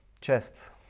chest